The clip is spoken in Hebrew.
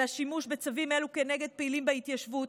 השימוש בצווים אלו כנגד פעילים בהתיישבות.